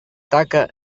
taca